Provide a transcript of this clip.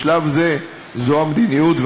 בשלב זה זו המדיניות,